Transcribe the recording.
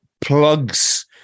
plugs